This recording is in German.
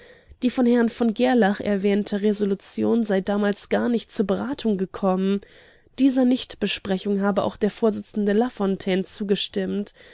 die von herrn v gerlach erwähnte resolution sei damals gar nicht zur beratung gekommen dieser nichtbesprechung habe auch der vorsitzende lafontaine zugestimmt